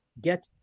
get